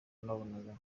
nabonaga